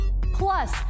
Plus